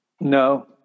No